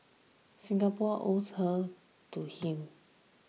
Singapore owes her to him